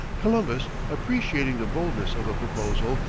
columbus, appreciating the boldness of a proposal,